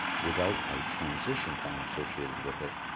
without a transition time associated with it,